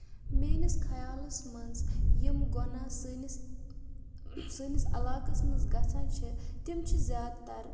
میٲنِس خیالَس منٛز یِم گۄناہ سٲنِس سٲنِس علاقس منٛز گژھان چھِ تِم چھِ زیادٕ تر